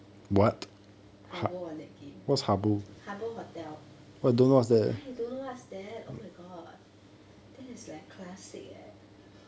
habbo on that game habbo hotel !huh! you don't know what's that oh my god that is like classic leh